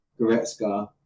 Goretzka